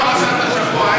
תעבור לפרשת השבוע,